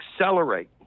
accelerate